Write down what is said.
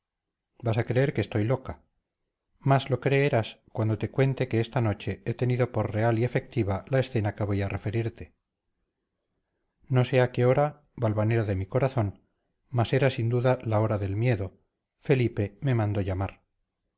vas a creer que estoy loca más lo creerás cuando te cuente que esta noche he tenido por real y efectiva la escena que voy a referirte no sé a qué hora valvanera de mi corazón mas era sin duda la hora del miedo felipe me mandó llamar